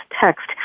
text